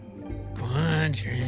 Quadrant